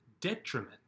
detriment